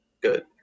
Good